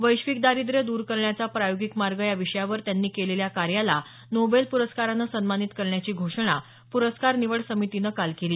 वैश्विक दारिद्र्य द्र करण्याचा प्रायोगिक मार्ग या विषयावर त्यांनी केलेल्या कार्याला नोबेल प्रस्कारानं सन्मानित करण्याची घोषणा प्रस्कार निवड समितीनं काल केली